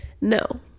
no